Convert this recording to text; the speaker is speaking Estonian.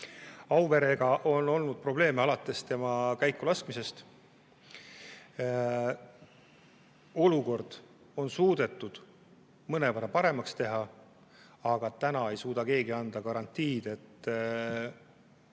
Auverega on olnud probleeme alates tema käikulaskmisest. Olukord on suudetud mõnevõrra paremaks teha, aga täna ei suuda keegi anda garantiid, et